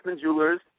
Jewelers